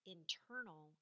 internal